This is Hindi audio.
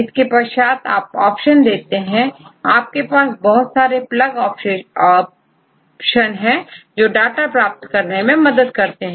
इसके पश्चात आप ऑप्शन देते हैं आपके पास बहुत सारे प्लग ऑप्शन है जो डाटा प्राप्त करने में मदद करते हैं